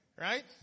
Right